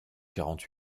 quarante